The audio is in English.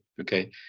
okay